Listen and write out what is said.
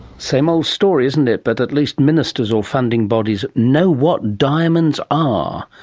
same old story, isn't it. but at least ministers or funding bodies know what diamonds are.